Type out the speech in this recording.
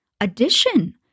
addition